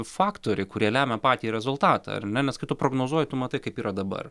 faktoriai kurie lemia patį rezultatą ar ne nes kai tu prognozuoji tu matai kaip yra dabar